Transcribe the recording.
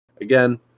Again